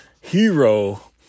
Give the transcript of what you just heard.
Hero